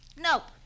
Nope